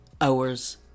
hours